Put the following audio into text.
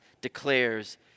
declares